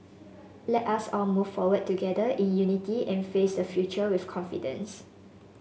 let us all move forward together in unity and face the future with confidence